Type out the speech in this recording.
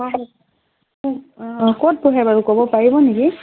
হয় অঁ ক'ত বহে বাৰু ক'ব পাৰিব নেকি